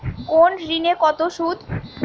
কোন ঋণে কত সুদ?